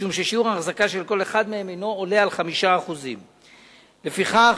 משום ששיעור ההחזקה של כל אחד מהם אינו עולה על 5%. לפיכך,